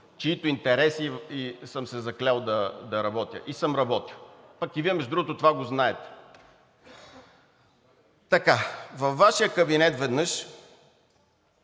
чийто интереси съм се заклел да работя и съм работил. Пък и Вие, между другото, това го знаете. Така, във Вашия кабинет веднъж